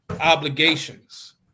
obligations